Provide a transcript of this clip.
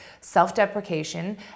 self-deprecation